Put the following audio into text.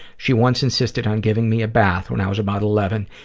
she once insisted on giving me a bath when i was about eleven,